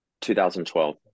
2012